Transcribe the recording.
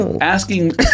Asking